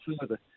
further